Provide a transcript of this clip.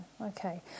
Okay